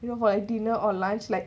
go for dinner or lunch like